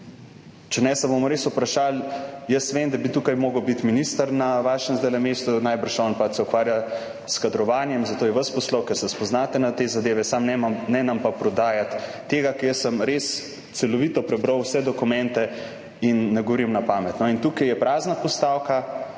Če ne, se bomo res vprašali. Vem, da bi tukaj zdajle moral biti minister na vašem mestu, najbrž se on ukvarja s kadrovanjem, zato je vas poslal, ker se spoznate na te zadeve, samo ne nam pa prodajati tega, ker jaz sem res celovito prebral vse dokumente in ne govorim na pamet. Tukaj je prazna postavka